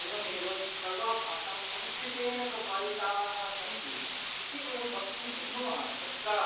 एवमेव सर्वाः भाषाः संस्कृतेन प्रभाविताः सन्ति इति वयं वक्तुं शक्नुमः तत्र